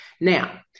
Now